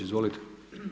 Izvolite.